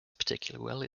particularly